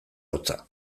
hotza